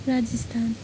Rajasthan